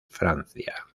francia